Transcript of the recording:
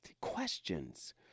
questions